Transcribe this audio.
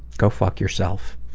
go fuck yourself.